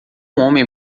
homem